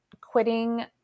quitting